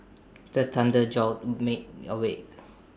the thunder jolt me awake